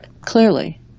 clearly